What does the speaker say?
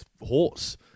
horse